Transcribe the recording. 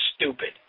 stupid